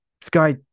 Sky